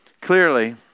clearly